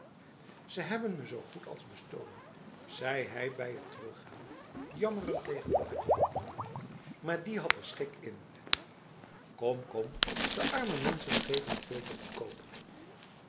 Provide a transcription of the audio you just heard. ze hebben me zo goed als bestolen zei hij bij het teruggaan jammerend tegen de hadji maar die had er schik in kom kom de arme mensen geven het veel te goedkoop